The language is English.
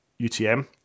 UTM